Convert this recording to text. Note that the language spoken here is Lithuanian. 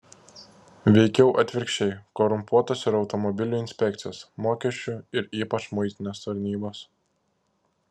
veikiau atvirkščiai korumpuotos yra automobilių inspekcijos mokesčių ir ypač muitinės tarnybos